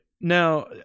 Now –